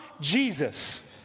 Jesus